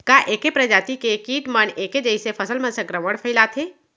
का ऐके प्रजाति के किट मन ऐके जइसे फसल म संक्रमण फइलाथें?